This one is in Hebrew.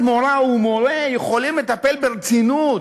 מורָה או מורֶה יכולים לטפל ברצינות